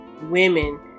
women